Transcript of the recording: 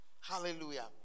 Hallelujah